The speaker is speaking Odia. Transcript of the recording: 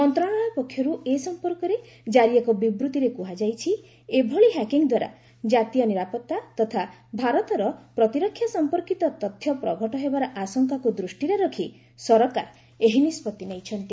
ମନ୍ତ୍ରଣାଳୟ ପକ୍ଷର୍ ଏ ସମ୍ପର୍କରେ ଜାରି ଏକ ବିବୃତ୍ତିରେ କୁହାଯାଇଛି ଏଭଳି ହ୍ୟାକିଙ୍ଗ୍ଦ୍ୱାରା କାତୀୟ ନିରାପତ୍ତା ତଥା ଭାରତର ପ୍ରତିରକ୍ଷା ସମ୍ପର୍କିତ ତଥ୍ୟ ପ୍ରଘଟ ହେବାର ଆଶଙ୍କାକୁ ଦୃଷ୍ଟିରେ ରଖି ସରକାର ଏହି ନିଷ୍ପଭି ନେଇଛନ୍ତି